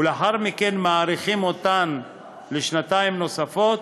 ולאחר מכן מאריכים אותן לשנתיים נוספות,